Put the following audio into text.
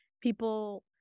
people